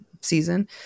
season